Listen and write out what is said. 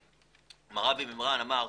מר אבי מימרן אמר: